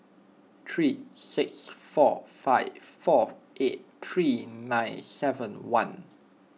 three six four five four eight three nine seven one